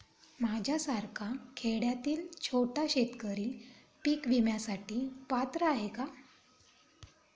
माझ्यासारखा खेड्यातील छोटा शेतकरी पीक विम्यासाठी पात्र आहे का?